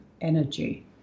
energy